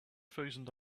thousand